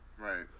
Right